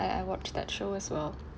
I I watch that show as well